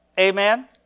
Amen